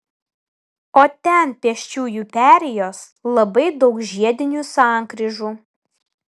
o ten pėsčiųjų perėjos labai daug žiedinių sankryžų